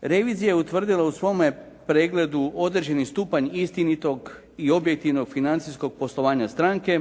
Revizija je utvrdila u svome pregledu određeni stupanj istinitog i objektivnog financijskog poslovanja stranke